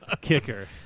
kicker